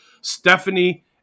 Stephanie